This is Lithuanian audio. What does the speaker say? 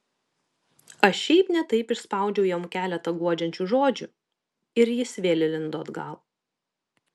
aš šiaip ne taip išspaudžiau jam keletą guodžiančių žodžių ir jis vėl įlindo atgal